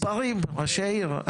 מספרים, ראשי עיר.